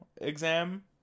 exam